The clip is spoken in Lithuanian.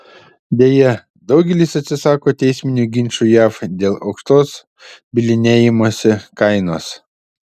deja daugelis atsisako teisminių ginčų jav dėl aukštos bylinėjimosi kainos